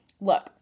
look